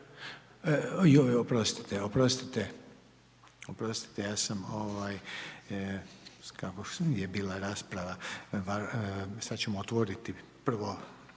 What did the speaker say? oprostite, ja sam kako je bila rasprava, sad ćemo otvoriti, prvo,